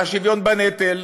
על השוויון בנטל,